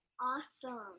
awesome